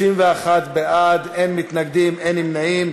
31 בעד, אין מתנגדים, אין נמנעים.